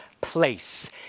place